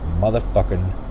motherfucking